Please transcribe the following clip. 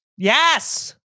Yes